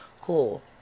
cool